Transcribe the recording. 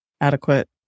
adequate